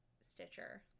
Stitcher